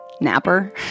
napper